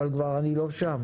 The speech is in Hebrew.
אבל אני כבר לא שם.